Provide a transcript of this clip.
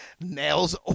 nails